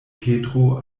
petro